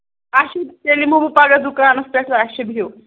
اَچھا تیٚلہِ یِمو بہٕ پَگاہ دُکانَس پیٚٹھ تہٕ اَچھا بِہِو